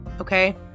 Okay